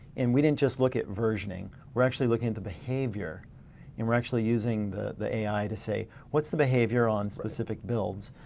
and we didn't just look at versioning we're actually looking at the behavior and we're actually using the the ai to say what's the behavior on specific builds?